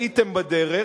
טעיתם בדרך.